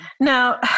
Now